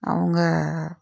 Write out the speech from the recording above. அவங்க